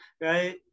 right